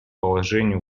положению